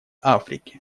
африки